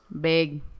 Big